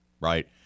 right